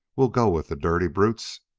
we'll go with the dirty brutes.